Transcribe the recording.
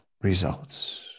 results